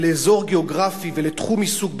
ולאזור גיאוגרפי ולתחום עיסוק,